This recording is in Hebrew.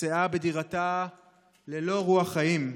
שנמצאה בדירתה ללא רוח חיים,